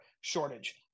shortage